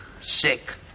Sick